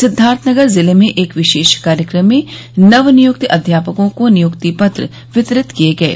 सिद्वार्थनगर जिले में एक विशेष कार्यक्रम में नवनियुक्त अध्यापकों को नियुक्ति पत्र वितरित किये गये